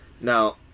Now